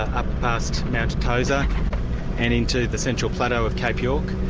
up past mount tosa and in to the central plateau of cape york.